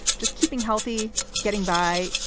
just keeping healthy. getting by.